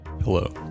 Hello